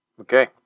okay